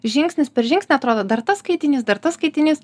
žingsnis per žingsnį atrodo dar tas skaitinys dar tas skaitinys